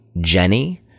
Jenny